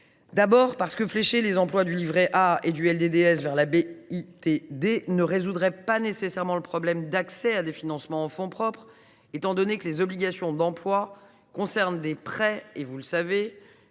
d’abord, parce que flécher les emplois du livret A et du LDDS vers la BITD ne résoudrait pas nécessairement le problème d’accès à des financements en fonds propres, étant donné que les obligations d’emplois concernent des prêts et que, vous le savez,